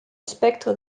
spectre